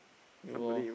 you orh